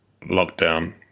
lockdown